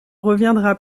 reviendra